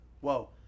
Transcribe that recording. Whoa